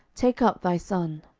take up thy son.